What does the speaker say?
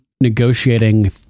negotiating